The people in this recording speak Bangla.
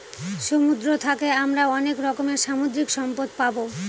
সমুদ্র থাকে আমরা অনেক রকমের সামুদ্রিক সম্পদ পাবো